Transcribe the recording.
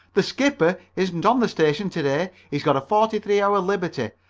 the skipper isn't on the station to-day. he got a forty three hour liberty.